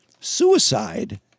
suicide